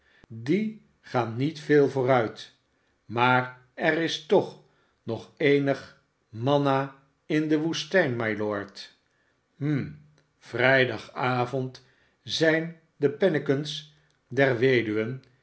e gaan niet veel vooruit maar er is toch nog eenig manna in de woestijn mylord hm vrijdagavond zijn de penmngskens der weduwen